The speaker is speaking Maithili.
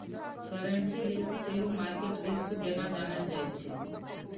करेंसी रिस्क सेहो मार्केट रिस्क जेना जानल जाइ छै